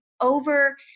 over